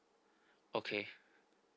okay